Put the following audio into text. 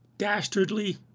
dastardly